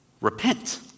Repent